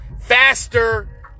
faster